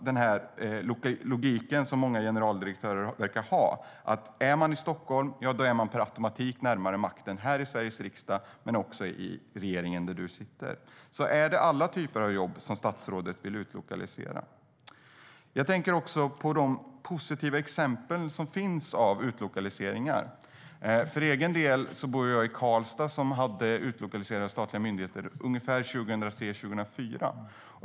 Den logik som många generaldirektörer verkar ha är att är man i Stockholm är man per automatik närmare makten här i Sveriges riksdag men också regeringen där du sitter. Är det alla typer av jobb som statsrådet vill utlokalisera? Jag tänker på de positiva exempel som finns av utlokaliseringar. För egen del bor jag i Karlstad som fick utlokaliserade statliga myndigheter ungefär 2003-2004.